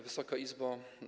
Wysoka Izbo!